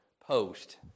post